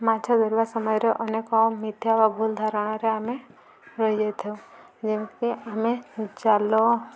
ମାଛ ଧରିବା ସମୟରେ ଅନେକ ମିଥ୍ୟା ବା ଭୁଲ ଧାରଣରେ ଆମେ ରହିଯାଇଥାଉ ଯେମିତିକି ଆମେ ଜାଲ